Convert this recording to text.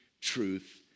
truth